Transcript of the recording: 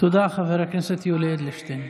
תודה, חבר הכנסת יולי אדלשטיין.